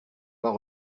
pas